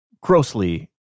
grossly